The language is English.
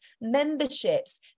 memberships